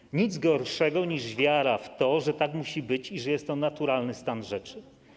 Nie ma nic gorszego niż wiara w to, że tak musi być i że jest to naturalny stan rzeczy.